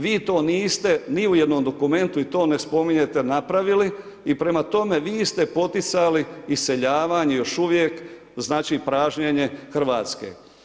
Vi to niste ni u jednom dokumentu i to ne spominjete napravili i prema tome vi ste potpisali iseljavanje još uvijek znači pražnjenje Hrvatske.